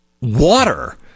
water